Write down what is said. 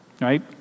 right